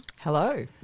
Hello